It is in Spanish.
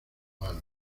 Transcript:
mano